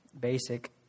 basic